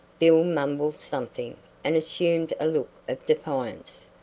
bill mumbled something and assumed a look of defiance.